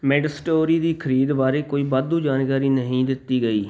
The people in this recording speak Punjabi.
ਮੈਡਸਟੋਰੀ ਦੀ ਖਰੀਦ ਬਾਰੇ ਕੋਈ ਵਾਧੂ ਜਾਣਕਾਰੀ ਨਹੀਂ ਦਿੱਤੀ ਗਈ